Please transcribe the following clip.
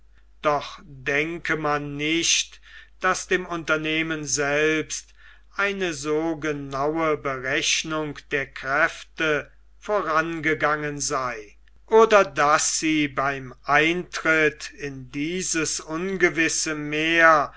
doch denke man nicht daß dem unternehmen selbst eine so genaue berechnung der kräfte vorangegangen sei oder daß sie beim eintritt in dieses ungewisse meer